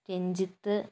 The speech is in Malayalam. രഞ്ജിത്ത്